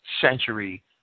century